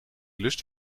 lust